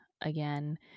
again